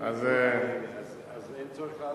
אז אין צורך לענות.